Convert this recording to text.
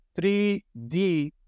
3D